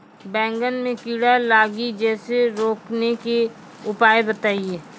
बैंगन मे कीड़ा लागि जैसे रोकने के उपाय बताइए?